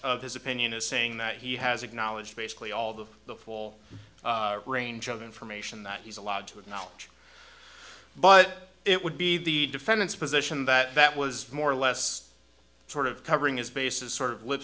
of his opinion is saying that he has acknowledged basically all of the full range of information that he's allowed to acknowledge but it would be the defendant's position that was more or less sort of covering his bases sort of lip